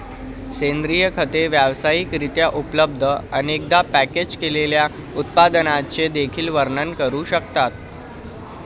सेंद्रिय खते व्यावसायिक रित्या उपलब्ध, अनेकदा पॅकेज केलेल्या उत्पादनांचे देखील वर्णन करू शकतात